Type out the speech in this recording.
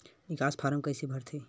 निकास फारम कइसे भरथे?